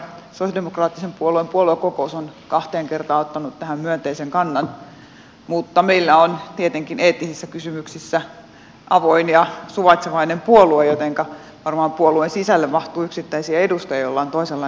sosialidemokraattisen puolueen puoluekokous on kahteen kertaan ottanut tähän myönteisen kannan mutta meillä on tietenkin eettisissä kysymyksissä avoin ja suvaitsevainen puolue jotenka varmaan puolueen sisälle mahtuu yksittäisiä edustajia joilla on toisenlainen näkökulma